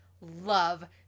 love